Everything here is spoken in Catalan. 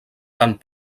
tant